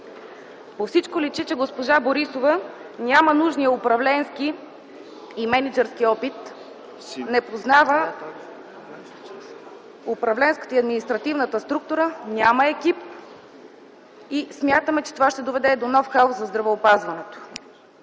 По всичко личи, че госпожа Борисова няма нужния управленски мениджърски опит, не познава управленската и административната структура, няма екип и смятаме, че това ще доведе до нов хаос в здравеопазването.